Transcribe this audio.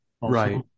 right